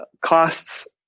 costs